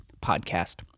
podcast